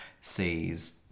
sees